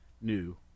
new